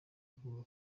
kuva